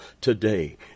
today